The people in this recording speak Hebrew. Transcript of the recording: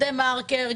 "דה-מרקר",